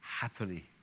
happily